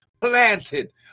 planted